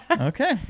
Okay